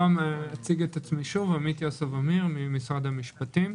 אני עמית יוסוב עמיר ממשרד המשפטים.